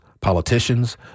politicians